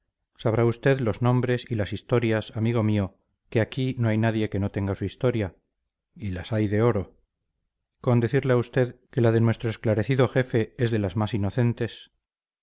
sabrá usted los nombres y las historias amigo mío que aquí no hay nadie que no tenga su historia y las hay de oro con decirle a usted que la de nuestro esclarecido jefe es de las más inocentes